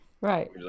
Right